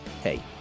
Hey